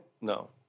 No